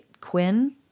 Quinn